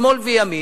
שמאל וימין,